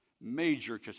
Major